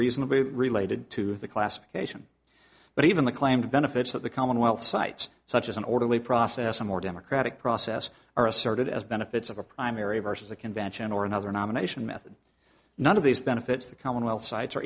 reasonably related to the classification but even the claimed benefits that the commonwealth sites such as an orderly process a more democratic process are asserted as benefits of a primary versus a convention or another nomination method none of these benefits the commonwealth sites or